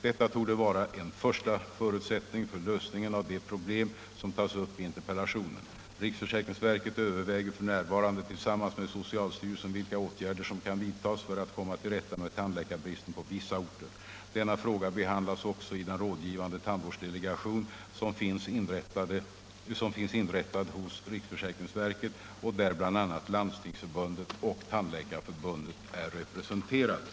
Detta torde vara en första förutsättning för lösningen av de problem som tas upp i interpellationen. Riksförsäkringsverket överväger f. n. tillsammans med socialstyrelsen vilka åtgärder som kan vidtas för att komma till rätta med tandläkarbristen på vissa orter. Denna fråga behandlas också i den rådgivande tandvårdsdelegation som finns inrättad hos riksförsäkringsverket och där bl.a. Landstingsförbundet och Tandläkarförbundet är representerade.